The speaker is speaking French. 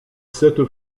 cette